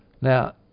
Now